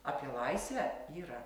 apie laisvę yra